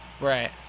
Right